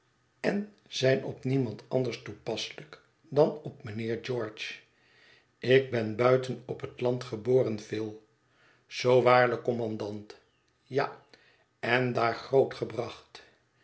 en zijn op niemand anders toepasselijk dan op mijnheer george ik ben buiten op het land geboren phil zoo waarlijk kommandant ja en daar